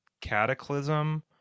cataclysm